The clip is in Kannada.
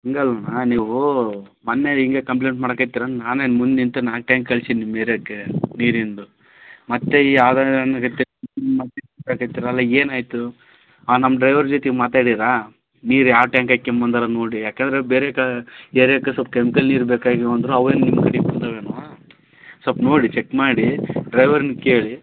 ಹಂಗಲ್ಲ ಅಣ್ಣ ನೀವು ಮೊನ್ನೆ ಹಿಂಗೆ ಕಂಪ್ಲೇಂಟ್ ಮಾಡಕತ್ತೀರ ಅಂದು ನಾನೇ ಮುಂದೆ ನಿಂತು ನಾಲ್ಕು ಟ್ಯಾಂಕ್ ಕಳ್ಸೀನಿ ನಿಮ್ಮ ಏರ್ಯಕ್ಕೆ ನೀರಿಂದು ಮತ್ತೆ ಈ ಏನಾಯಿತು ಆ ನಮ್ಮ ಡ್ರೈವರ್ ಜೊತೆಗ್ ಮಾತಾಡಿದ್ರಾ ನೀರು ಯಾವ ಟ್ಯಾಂಕ್ ಹಕ್ಯಂಬಂದಾರೆ ನೋಡಿ ಏಕೆಂದ್ರೆ ಬೇರೆ ಕ ಏರ್ಯಕ್ಕೆ ಸ್ವಲ್ವ ಕೆಮ್ಕಲ್ ನೀರು ಬೇಕಾಗ್ಯವೆ ಅಂದರು ಅವೇವು ನಿಮ್ಮ ಕಡೆಕ್ ಬಂದಾವೇನೋ ಸೊಲ್ಪ ನೋಡಿ ಚೆಕ್ ಮಾಡಿ ಡ್ರೈವರನ್ನು ಕೇಳಿ